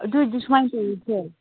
ꯑꯗꯨꯗꯤ ꯁꯨꯃꯥꯏ ꯇꯧꯔꯁꯦ